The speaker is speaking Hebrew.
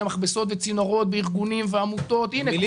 מכבסות וצינורות בארגונים ועמותות הנה,